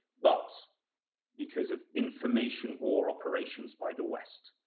but because of information war operations by the west.